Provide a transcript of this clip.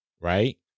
right